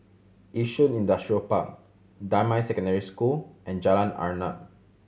Yishun Industrial Park Damai Secondary School and Jalan Arnap